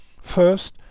First